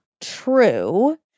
true